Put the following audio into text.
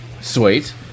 Sweet